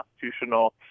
constitutional